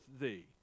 thee